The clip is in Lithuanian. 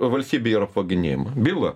valstybė yra apvaginėjama byla